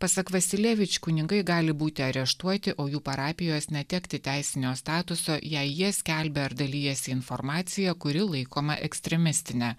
pasak vasilievič kunigai gali būti areštuoti o jų parapijos netekti teisinio statuso jei jie skelbia ar dalijasi informacija kuri laikoma ekstremistine